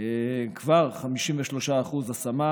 כבר 53% השמה,